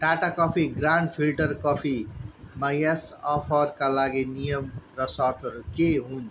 Tata coffee grand filter कफीमा यस अफरका लागि नियम र सर्तहरू के हुन्